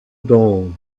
dawn